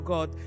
God